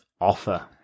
offer